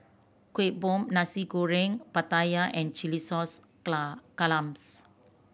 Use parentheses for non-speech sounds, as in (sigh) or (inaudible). Kueh Bom Nasi Goreng Pattaya and chilli sauce (unintelligible) clams